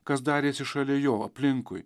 kas darėsi šalia jo aplinkui